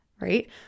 right